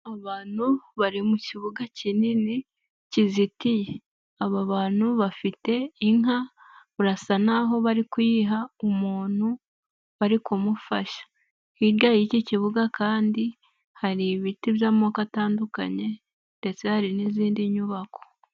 Abantu bari mu kibuga kinini kizitiye. Aba bantu bafite inka barasa naho bari kuyiha umuntu bari kumufasha. Hirya y'iki kibuga kandi hari ibiti by'amoko atandukanye ndetse hari n'izindi nyubako.